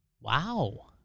Wow